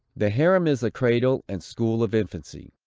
the harem is the cradle and school of infancy.